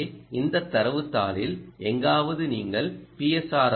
எனவே இந்த தரவுத் தாளில் எங்காவது நீங்கள் பி